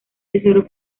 tesoro